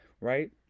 right